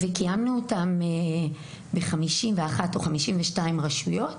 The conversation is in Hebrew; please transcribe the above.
קיימנו אותן ב-51 או ב-52 רשויות